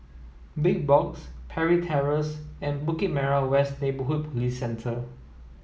Big Box Parry Terrace and Bukit Merah West Neighbourhood Police Centre